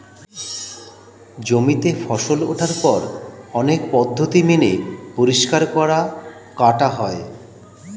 জমিতে ফসল ওঠার পর অনেক পদ্ধতি মেনে পরিষ্কার করা, কাটা হয়